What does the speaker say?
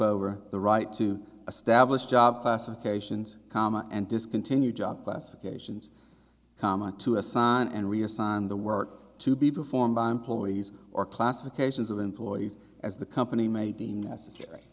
over the right to establish job classifications comma and discontinue job classifications common to assign and reassign the work to be performed by employees or classifications of employees as the company may deem necessary